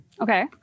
Okay